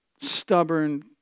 stubborn